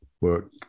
work